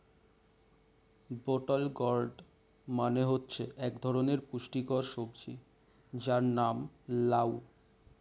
বোতল গোর্ড মানে হচ্ছে এক ধরনের পুষ্টিকর সবজি যার নাম লাউ